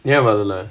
ya well uh